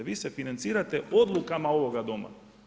Vi se financirate odlukama ovoga Doma.